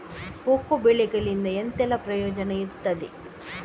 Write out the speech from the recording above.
Cocoa ಬೆಳೆಗಳಿಂದ ಎಂತೆಲ್ಲ ಪ್ರಯೋಜನ ಇರ್ತದೆ?